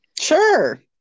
Sure